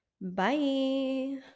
Bye